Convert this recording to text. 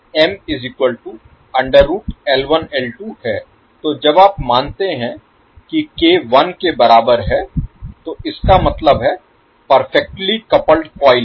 तो जब आप मानते हैं कि k 1 के बराबर है तो इसका मतलब परफेक्टली कपल्ड कॉइल है